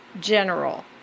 general